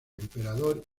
emperador